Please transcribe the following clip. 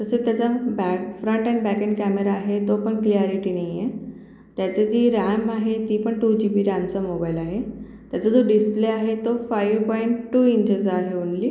तसेच त्याचा back front and backing camera आहे तो पण क्लिअॅरिटी नाही आहे त्याचं जी रॅम आहे ती पण टू जी बी रॅमचा मोबाईल आहे त्याचा जो डिस्प्ले आहे तो फायू पॉईंट टू इंचेसजा आहे ओन्ली